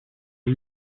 are